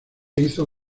hizo